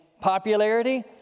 popularity